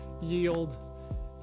yield